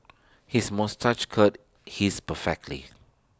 his moustache curl his perfectly